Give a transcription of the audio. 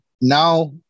now